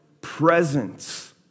Presence